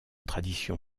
tradition